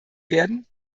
werden